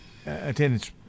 attendance